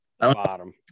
bottom